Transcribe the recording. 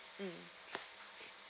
mm